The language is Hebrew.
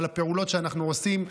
על הפעולות שאנחנו עושים.